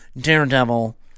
Daredevil